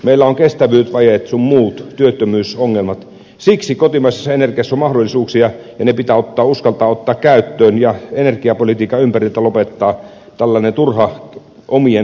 meillä on kestävyysvajeet sun muut työttömyysongelmat mutta kotimaisessa energiassa on mahdollisuuksia ja ne pitää uskaltaa ottaa käyttöön ja energiapolitiikan ympäriltä lopettaa tällainen turha omien